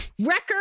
record